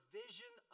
vision